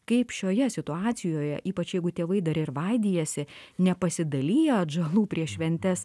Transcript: kaip šioje situacijoje ypač jeigu tėvai dar ir vaidijasi nepasidalija atžalų prieš šventes